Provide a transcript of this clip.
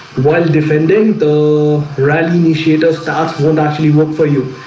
while defending the rad initiator starts won't actually work for you.